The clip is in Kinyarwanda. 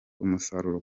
umusaruro